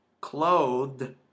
clothed